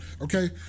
Okay